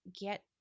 get